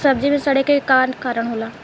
सब्जी में सड़े के का कारण होला?